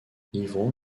livron